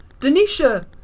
Denisha